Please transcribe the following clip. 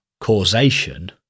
causation